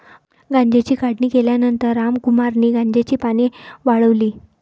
गांजाची काढणी केल्यानंतर रामकुमारने गांजाची पाने वाळवली